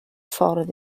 ffordd